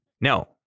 No